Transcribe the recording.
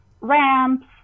ramps